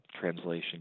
translation